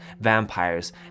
vampires